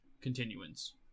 continuance